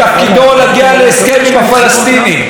מתפקידו להגיע להסכם עם הפלסטינים.